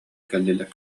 кэллилэр